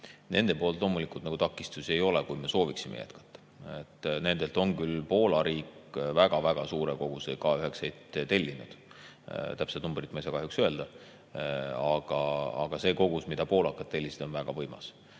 nende poolt loomulikult takistusi ei ole, kui me sooviksime jätkata. Nendelt on küll Poola riik väga suure koguse K9-id tellinud. Täpset numbrit ma ei saa kahjuks öelda, aga see kogus, mille poolakad tellisid, on väga võimas. Nüüd,